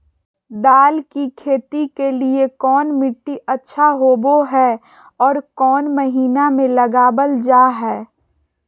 दाल की खेती के लिए कौन मिट्टी अच्छा होबो हाय और कौन महीना में लगाबल जा हाय?